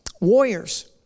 warriors